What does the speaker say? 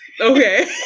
okay